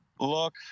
Look